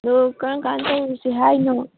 ꯑꯗꯨ ꯀꯔꯝꯀꯥꯟ ꯇꯧꯔꯨꯁꯤ ꯍꯥꯏꯅꯣ